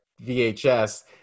VHS